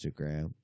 instagram